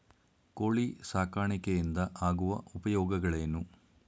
ಕೋಳಿ ಸಾಕಾಣಿಕೆಯಿಂದ ಆಗುವ ಉಪಯೋಗಗಳೇನು?